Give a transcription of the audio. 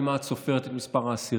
ממה את סופרת את מספר האסירים.